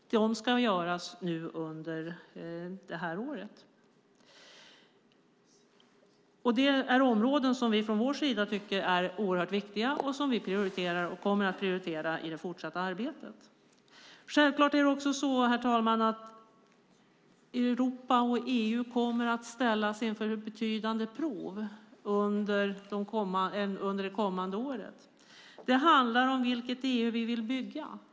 De ska göras under året. Det här är områden som vi tycker är oerhört viktiga och kommer att prioritera i det fortsatta arbetet. Herr talman! Självklart kommer Europa och EU att ställas inför betydande prov under det kommande året. Det handlar om vilket EU vi vill bygga.